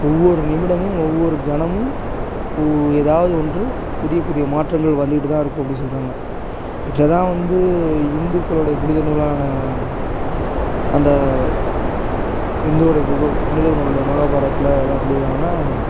ஒவ்வொரு நிமிடமும் ஒவ்வொரு கணமும் உ ஏதாவது ஒன்று புதிய புதிய மாற்றங்கள் வந்துக்கிட்டு தான் இருக்கும் அப்டினு சொல்கிறாங்க இதை தான் வந்து இந்துக்களோடைய புனித நூலான அந்த இந்துவோடைய புகு புனித நூலில் மகாபாரத்தில் என்ன சொல்லிருக்காங்கனால்